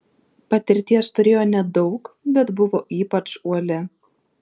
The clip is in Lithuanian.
patirties turėjo nedaug bet buvo ypač uoli